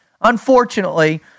Unfortunately